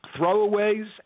throwaways